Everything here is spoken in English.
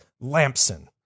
Lampson